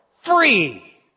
free